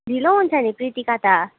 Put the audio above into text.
ढिलो हुन्छ नि प्रितिका त